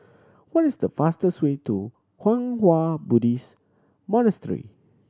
what is the fastest way to Kwang Hua Buddhist Monastery